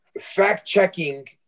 fact-checking